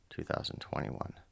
2021